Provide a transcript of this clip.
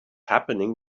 happening